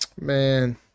Man